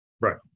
Right